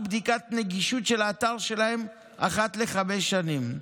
בדיקת נגישות של האתר שלהם אחת לחמש שנים.